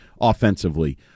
offensively